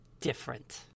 different